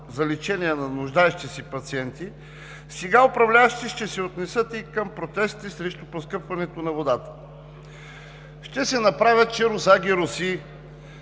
за лечение на нуждаещи се пациенти, сега управляващите ще се отнесат и към протестите срещу поскъпването на водата. Ще се направят, че с тези